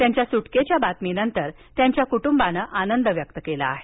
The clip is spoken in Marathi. त्यांच्या सुटकेच्या बातमीनंतर त्यांच्या कुटुंबाने आनंद व्यक्त केला आहे